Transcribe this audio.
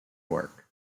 work